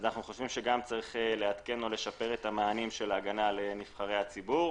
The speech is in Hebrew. אנחנו חושבים שצריכים לעדכן ולשפר את המענים של ההגנה על נבחרי הציבור.